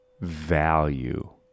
value